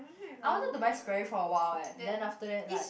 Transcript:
I wanted to buy Sperry for a while eh then after that like